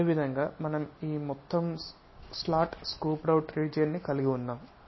అదేవిధంగా మనం ఈ మొత్తం స్లాట్ స్కూప్డ్ అవుట్ రీజియన్ ని కలిగి ఉన్నాము